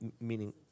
Meaning